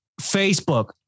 Facebook